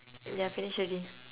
ya finish already